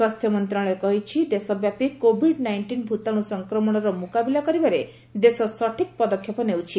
ସ୍ୱାସ୍ଥ୍ୟ ମନ୍ତ୍ରଣାଳୟ କହିଛି ଦେଶ ବ୍ୟାପୀ କୋଭିଡ୍ ନାଇଷ୍ଟିନ୍ ଭୂତାଣୁ ସଂକ୍ରମଣ ମୁକାବିଲା କରିବାରେ ଦେଶ ସଠିକ୍ ପଦକ୍ଷେପ ନେଉଛି